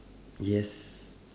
yes